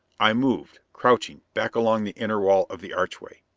i moved, crouching, back along the inner wall of the archway.